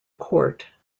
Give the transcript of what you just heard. court